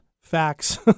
facts